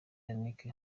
yannick